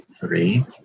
three